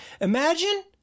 Imagine